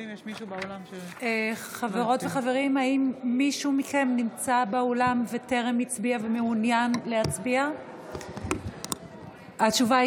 חברות וחברי הכנסת, להלן תוצאות ההצבעה: